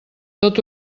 tot